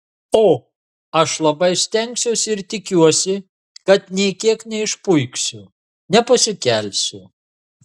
o aš labai stengsiuosi ir tikiuosi kad nė kiek neišpuiksiu nepasikelsiu